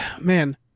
man